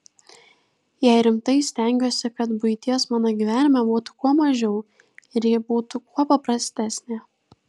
jei rimtai stengiuosi kad buities mano gyvenime būtų kuo mažiau ir ji būtų kuo paprastesnė